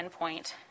endpoint